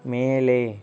மேலே